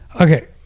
Okay